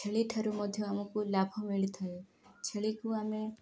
ଛେଳିଠାରୁ ମଧ୍ୟ ଆମକୁ ଲାଭ ମିଳିଥାଏ ଛେଳିକୁ ଆମେ